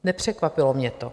Nepřekvapilo mě to.